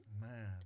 Man